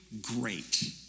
great